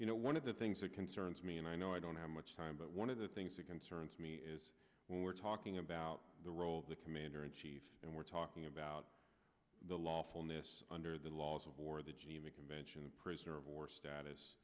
you know one of the things that concerns me and i know i don't have much time but one of the things that concerns me is when we're talking about the role of the commander in chief and we're talking about the lawfulness under the laws of war the jima convention of prisoner of war status